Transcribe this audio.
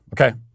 Okay